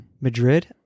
Madrid